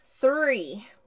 three